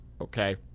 okay